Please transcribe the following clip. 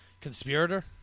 conspirator